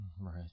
Right